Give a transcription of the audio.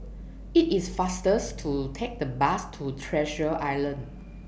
IT IS faster to Take The Bus to Treasure Island